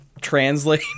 translate